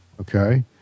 Okay